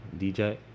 DJ